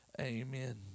Amen